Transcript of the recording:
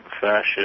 fascist